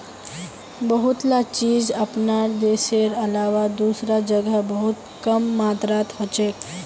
बहुतला चीज अपनार देशेर अलावा दूसरा जगह बहुत कम मात्रात हछेक